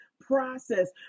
process